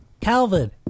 Calvin